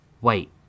wait